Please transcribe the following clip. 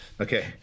Okay